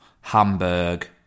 Hamburg